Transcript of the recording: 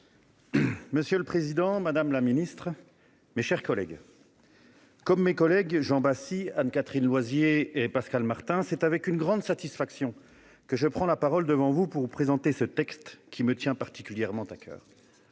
Monsieur le président, madame la ministre, mes chers collègues, comme Jean Bacci, Anne-Catherine Loisier et Pascal Martin, c'est avec une grande satisfaction que je prends la parole devant vous pour vous présenter ce texte qui me tient particulièrement à coeur.